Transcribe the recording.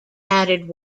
added